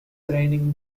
raining